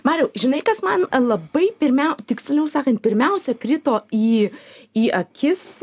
mariau žinai kas man labai pirmiau tiksliau sakant pirmiausia krito į į akis